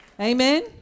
Amen